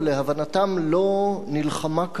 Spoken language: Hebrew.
לא נלחמה כראוי בערבים,